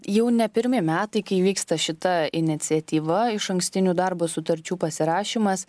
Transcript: jau ne pirmi metai kai vyksta šita iniciatyva išankstinių darbo sutarčių pasirašymas